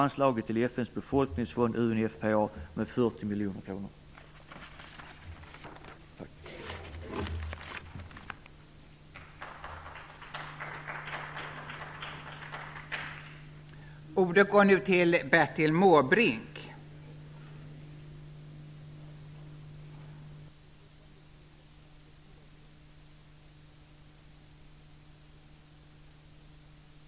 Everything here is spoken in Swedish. Andra företrädare för Ny demokrati kommer att redovisa det förslaget senare i dag.